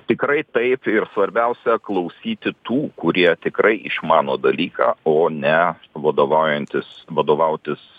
tikrai taip ir svarbiausia klausyti tų kurie tikrai išmano dalyką o ne vadovaujantis vadovautis